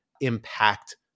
impact